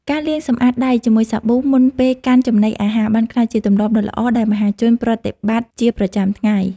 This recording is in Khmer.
ការលាងសម្អាតដៃជាមួយសាប៊ូមុនពេលកាន់ចំណីអាហារបានក្លាយជាទម្លាប់ដ៏ល្អដែលមហាជនប្រតិបត្តិជាប្រចាំថ្ងៃ។